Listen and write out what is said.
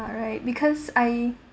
all right because I